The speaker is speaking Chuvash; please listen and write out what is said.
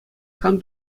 кам